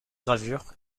gravures